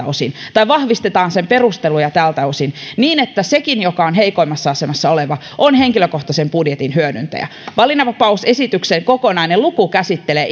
osin tai vahvistetaan sen perusteluja tältä osin niin että sekin joka on heikoimmassa asemassa oleva on henkilökohtai sen budjetin hyödyntäjä valinnanvapausesityksen kokonainen luku käsittelee